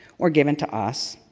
or given to us,